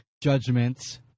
judgments